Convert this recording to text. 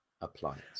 appliance